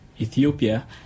Ethiopia